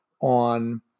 on